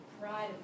pride